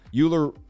Euler